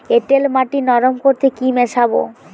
এঁটেল মাটি নরম করতে কি মিশাব?